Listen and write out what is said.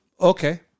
Okay